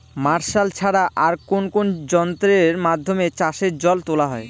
Martial ছাড়া আর কোন কোন যন্ত্রেরর মাধ্যমে চাষের জল তোলা হয়?